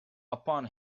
upon